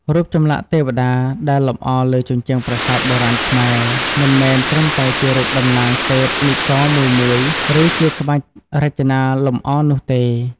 រូបចម្លាក់ទេវតាដែលលម្អលើជញ្ជាំងប្រាសាទបុរាណខ្មែរ មិនមែនត្រឹមតែជារូបតំណាងទេពនិករមួយៗ ឬជាក្បាច់រចនាលម្អនោះទេ។